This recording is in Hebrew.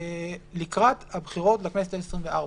לקראת הבחירות לכנסת העשרים-וארבע.